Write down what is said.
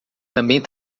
também